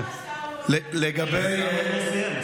למה השר לא עונה השר לא סיים,